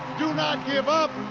do not give up!